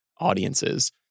audiences